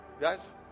Guys